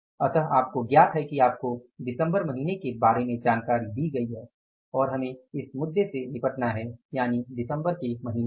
इसलिए आपको ज्ञात हैं कि आपको दिसंबर महीने के बारे में जानकारी दी गई है और हमें इस मुद्दे से निपटना है यानि दिसंबर के महीने से